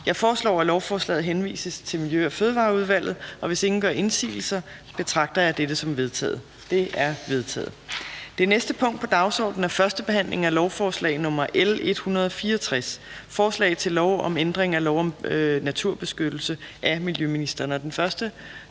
Jeg foreslår, at lovforslaget henvises til Miljø- og Fødevareudvalget, og hvis ingen gør indsigelse betragter jeg dette som vedtaget. Det er vedtaget. --- Det næste punkt på dagsordenen er: 4) 1. behandling af lovforslag nr. L 164: Forslag til lov om ændring af lov om naturbeskyttelse. (Forbud